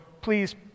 please